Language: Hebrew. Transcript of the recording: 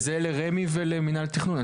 זה לרמ"י ולמינהל התכנון,